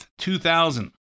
2000